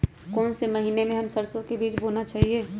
कौन से महीने में हम सरसो का बीज बोना चाहिए?